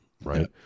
right